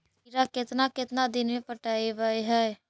खिरा केतना केतना दिन में पटैबए है?